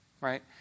right